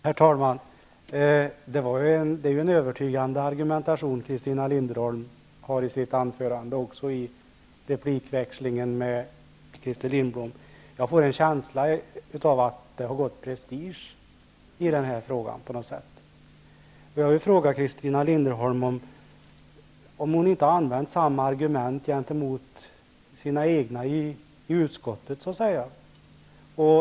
Herr talman! Det är en övertygande argumentation som Christina Linderholm framför i sitt anförande och i replikväxlingen med Christer Lindblom. Jag får en känsla av att det har gått prestige i denna fråga på något sätt. Jag vill fråga Christina Linderholm om hon inte har använt samma argument gentemot sina egna i utskottet.